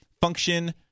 Function